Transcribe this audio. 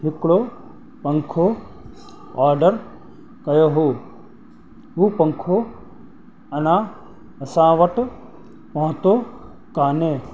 हिकिड़ो पंखो ऑडर कयो हो हू पंखो अञा असां वटि पहुतो काने